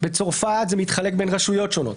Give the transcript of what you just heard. בצרפת זה נחלק בין רשויות שונות,